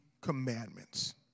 commandments